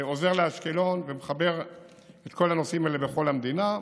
שעוזר לאשקלון ומחבר את כל הנושאים האלה בכל המדינה.